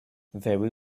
very